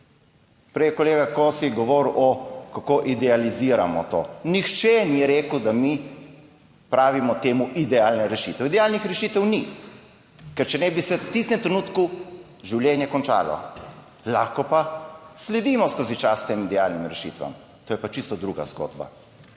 Prej je kolega Kosi govoril o, kako idealiziramo to. Nihče ni rekel, da mi pravimo temu idealne rešitve. Idealnih rešitev ni, ker če ne bi se v tistem trenutku življenje končalo. Lahko pa sledimo skozi čas tem idealnim rešitvam, to je pa čisto druga zgodba.